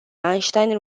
einstein